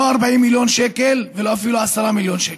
לא 40 מיליון שקל ואפילו לא 10 מיליון שקל.